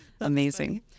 Amazing